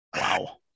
Wow